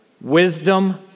wisdom